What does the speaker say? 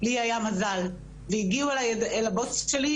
לי היה מזל והגיעו אליי אל הבוץ שלי,